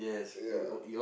ya